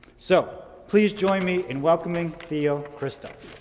so, please join me in welcoming theo christov.